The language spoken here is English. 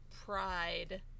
pride